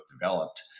developed